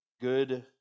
good